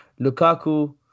Lukaku